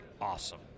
awesome